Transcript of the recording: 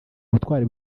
butwari